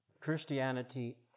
Christianity